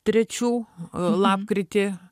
trečių lapkritį